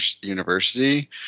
university